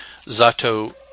Zato